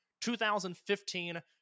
2015